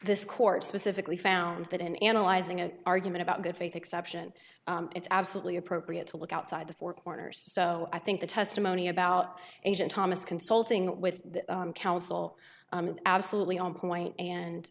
this court specifically found that in analyzing an argument about good faith exception it's absolutely appropriate to look outside the four corners so i think the testimony about agent thomas consulting with counsel was absolutely on point and